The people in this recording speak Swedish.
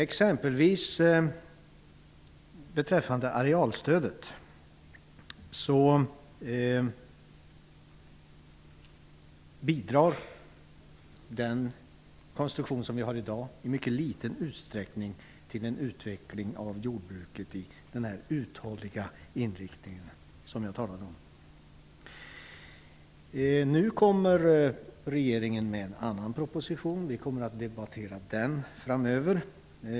Den konstruktion som vi har i dag beträffande arealstödet bidrar i mycket liten utsträckning till utvecklingen av jordbruket i den uthålliga inriktning som jag talade om. Regeringen kommer att lägga fram en annan proposition, och vi kommer att debattera den framöver.